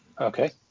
Okay